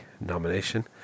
nomination